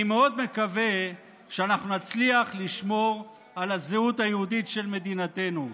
אני מאוד מקווה שאנחנו נצליח לשמור על הזהות היהודית של מדינתנו.